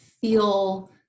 feel